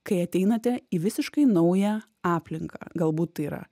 kai ateinate į visiškai naują aplinką galbūt tai yra